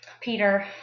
Peter